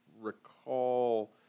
recall